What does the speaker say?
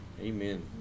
Amen